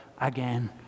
again